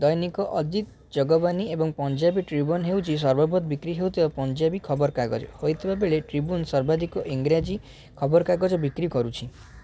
ଦୈନିକ ଅଜିତ ଜଗବାନୀ ଏବଂ ପଞ୍ଜାବୀ ଟ୍ରିବ୍ୟୁନ୍ ହେଉଛି ସର୍ବବୃହତ ବିକ୍ରି ହେଉଥିବା ପଞ୍ଜାବୀ ଖବର କାଗଜ ହୋଇଥିବା ବେଳେ ଟ୍ରିବ୍ୟୁନ୍ ସର୍ବାଧିକ ଇଂରାଜୀ ଖବରକାଗଜ ବିକ୍ରି କରୁଛି